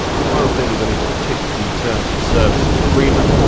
final thing is i need to tick the terms of service agreement.